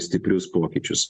stiprius pokyčius